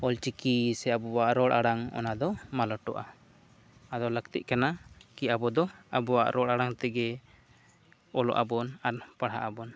ᱚᱞ ᱪᱤᱠᱤ ᱥᱮ ᱟᱵᱚᱣᱟᱜ ᱨᱚᱲ ᱟᱲᱟᱝ ᱚᱱᱟᱫᱚ ᱢᱟᱞᱚᱴᱚᱜᱼᱟ ᱟᱫᱚ ᱞᱟᱹᱠᱛᱤᱜ ᱠᱟᱱᱟ ᱠᱤ ᱟᱵᱚ ᱫᱚ ᱟᱵᱚᱣᱟᱜ ᱨᱚᱲ ᱟᱲᱟᱝ ᱛᱮᱜᱮ ᱚᱞᱚᱜ ᱟᱵᱚᱱ ᱟᱨ ᱯᱟᱲᱦᱟᱜ ᱟᱵᱚᱱ